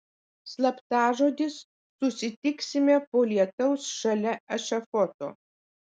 slaptažodis susitiksime po lietaus šalia ešafoto